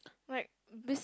like beside~